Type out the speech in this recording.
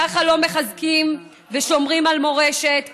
ככה לא מחזקים ושומרים על מורשת.